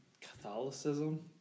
Catholicism